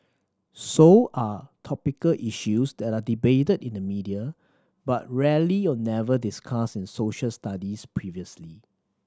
so are topical issues that are debated in the media but rarely or never discussed in Social Studies previously